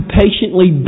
patiently